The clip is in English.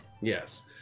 Yes